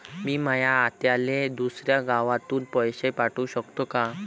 मी माया आत्याले दुसऱ्या गावातून पैसे पाठू शकतो का?